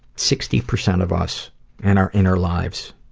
sixty percent of us and our inner lives.